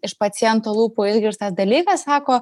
iš paciento lūpų išgirstas dalykas sako